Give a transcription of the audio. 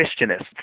Christianists